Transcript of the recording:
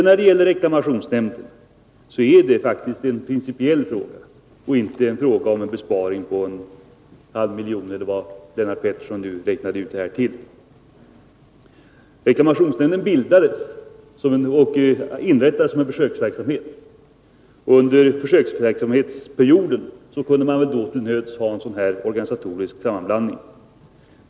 När det gäller reklamationsnämnden är det faktiskt en principiell fråga och inte en fråga om en besparing på en halv miljon, eller vad Lennart Pettersson nu räknade ut. Reklamationsnämnden inrättades som en försöksverksamhet, och under försöksverksamhetsperioden kunde man väl till nöds ha en sådan här organisatorisk sammanblandning.